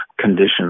conditions